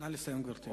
נא לסיים, גברתי.